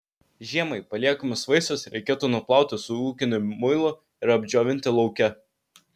žiemai paliekamus vaisius reikėtų nuplauti su ūkiniu muilu ir apdžiovinti lauke